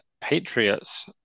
Patriots